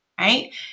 right